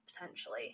potentially